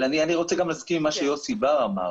אבל אני רוצה להסכים עם מה שיוסי בר אמר,